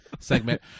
segment